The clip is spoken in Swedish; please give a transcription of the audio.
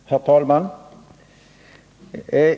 Herr talman!